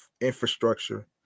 infrastructure